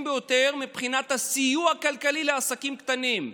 ביותר מבחינת הסיוע הכלכלי לעסקים קטנים.